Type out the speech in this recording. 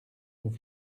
nous